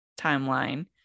timeline